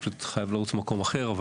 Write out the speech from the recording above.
חייב לרוץ למקום אחר.